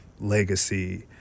legacy